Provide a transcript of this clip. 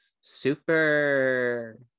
super